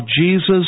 Jesus